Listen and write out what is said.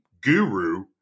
guru